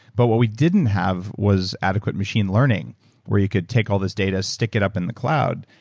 but what we didn't have was adequate machine learning where you can take all this data, stick it up in the cloud.